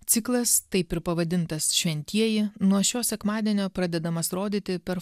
ciklas taip ir pavadintas šventieji nuo šio sekmadienio pradedamas rodyti per